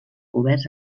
oberts